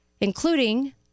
including